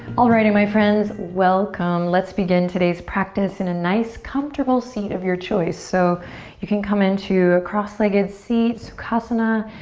alrighty my friends, welcome. let's begin today's practice in a nice comfortable seat of your choice. so you can come into a crossed-legged seat, sukhasana.